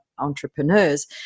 entrepreneurs